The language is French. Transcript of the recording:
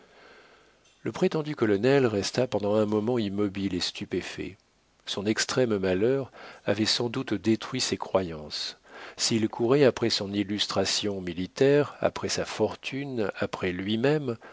le prétendu colonel resta pendant un moment immobile et stupéfait son extrême malheur avait sans doute détruit ses croyances s'il courait après son illustration militaire après sa fortune après lui-même